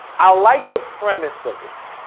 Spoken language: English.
i like the premise of it,